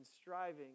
striving